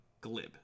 Glib